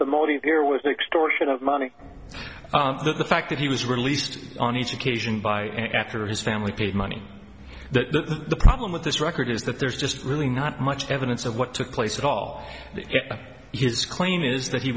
the money here with extortion of money the fact that he was released on each occasion by after his family paid money the problem with this record is that there's just really not much evidence of what took place at all that his claim is that he